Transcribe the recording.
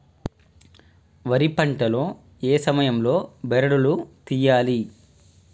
వరి పంట లో ఏ సమయం లో బెరడు లు తియ్యాలి?